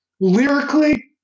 Lyrically